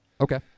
Okay